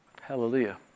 hallelujah